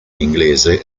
inglese